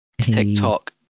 TikTok